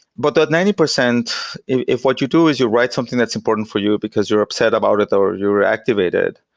but that ninety percent, if what you do is you write something that's important for you because you're upset about it or you're activated,